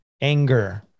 anger